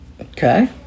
Okay